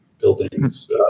buildings